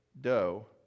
dough